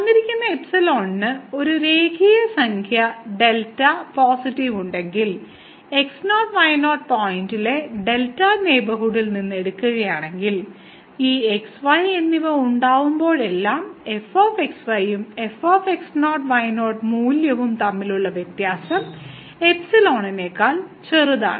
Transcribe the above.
തന്നിരിക്കുന്ന എപ്സിലോണിന് ഒരു രേഖീയ സംഖ്യ ഡെൽറ്റ പോസിറ്റീവ് ഉണ്ടെങ്കിൽ x0 y0 പോയിന്റിലെ ഡെൽറ്റ നെയ്ബർഹുഡിൽ നിന്ന് എടുക്കുകയാണെങ്കിൽ ഈ x y എന്നിവ ഉണ്ടാകുമ്പോഴെല്ലാം f x y ഉം fx0 y0 മൂല്യവും തമ്മിലുള്ള വ്യത്യാസം എപ്സിലോണിനേക്കാൾ ചെറുതാണ്